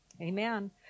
Amen